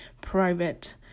private